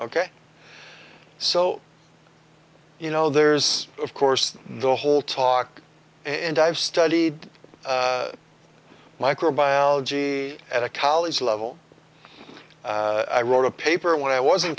ok so you know there's of course the whole talk and i've studied microbiology at a college level i wrote a paper when i was in